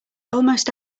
almost